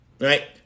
right